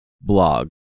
blog